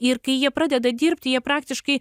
ir kai jie pradeda dirbti jie praktiškai